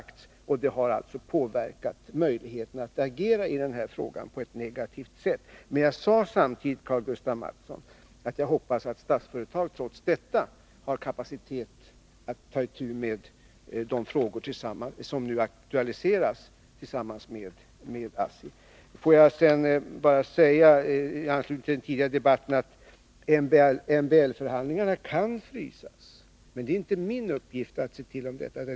Detta har alltså på negativt sätt påverkat möjligheterna att agera i denna fråga. Jag sade samtidigt, Karl-Gustaf Mathsson, att jag hoppas att Statsföretag trots detta har kapacitet att tillsammans med ASSI ta itu med de frågor som nu har aktualiserats. Får jag sedan i anslutning till den tidigare debatten bara säga att MBL-förhandlingarna kan frysas, men det är inte min uppgift att säga till om detta.